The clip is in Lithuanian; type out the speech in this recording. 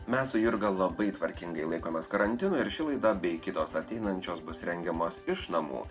mes su jurga labai tvarkingai laikomės karantino ir ši laida bei kitos ateinančios bus rengiamos iš namų